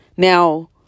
Now